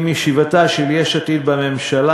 עם ישיבתה של יש עתיד בממשלה,